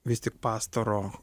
vis tik pastaro